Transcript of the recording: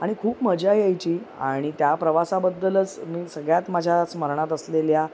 आणि खूप मजा यायची आणि त्या प्रवासाबद्दलच मी सगळ्यात माझ्या स्मरणात असलेल्या